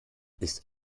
ist